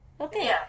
Okay